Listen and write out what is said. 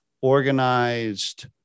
organized